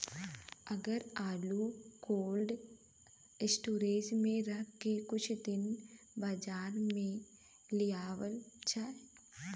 अगर आलू cold storage में रख के कुछ दिन बाद बाजार में लियावल जा?